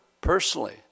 personally